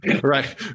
Right